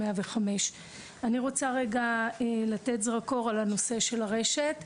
105. אני רוצה רגע לתת זרקור על הנושא של הרשת,